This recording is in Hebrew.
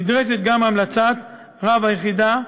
נדרשת גם המלצת רב היחידה.